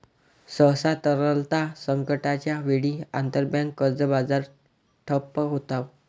सहसा, तरलता संकटाच्या वेळी, आंतरबँक कर्ज बाजार ठप्प होतो